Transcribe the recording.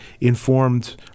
informed